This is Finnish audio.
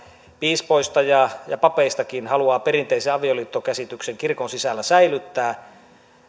piispoista ja ja papeistakin haluaa perinteisen avioliittokäsityksen kirkon sisällä säilyttää